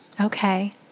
Okay